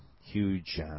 huge